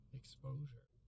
exposure